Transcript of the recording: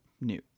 new